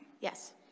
Yes